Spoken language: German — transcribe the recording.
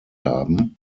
haben